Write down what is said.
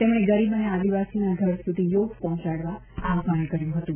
તેમણે ગરીબ અને આદિવાસીના ઘર સુધી યોગ પહોંચાડવા આહ્વાન કર્યું હતું